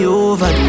over